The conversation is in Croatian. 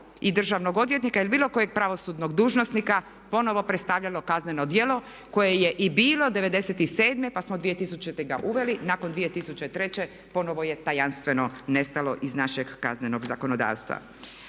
i državnog odvjetnika ili bilo kojeg pravosudnog dužnosnika ponovno predstavljalo kazneno djelo koje je i bilo '97. pa smo 2000. ga uveli, nakon 2003. ponovno je tajanstveno nestalo iz našeg kaznenog zakonodavstva.